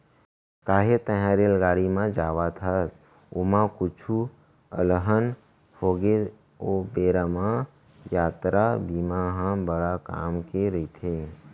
काहे तैंहर रेलगाड़ी म जावत हस, ओमा कुछु अलहन होगे ओ बेरा म यातरा बीमा ह बड़ काम के रइथे